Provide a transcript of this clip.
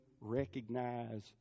recognize